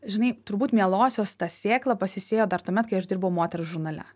žinai turbūt mielosios ta sėkla pasisėjo dar tuomet kai aš dirbau moters žurnale